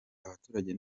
abaturage